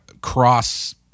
cross